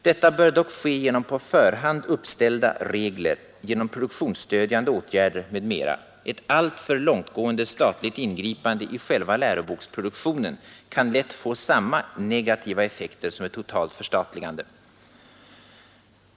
Detta bör dock ske genom på förhand uppställda regler, genom produktionsstödjande åtgärder m.m. Ett alltför långtgående statligt ingripande i själva läroboksproduktionen kan lätt få samma negativa effekter som ett totalt förstatligande.